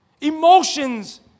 Emotions